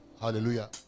Hallelujah